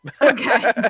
Okay